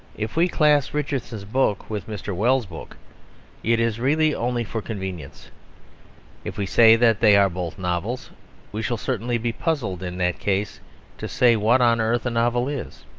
if we class richardson's book with mr. wells's book it is really only for convenience if we say that they are both novels we shall certainly be puzzled in that case to say what on earth a novel is.